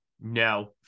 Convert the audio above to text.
no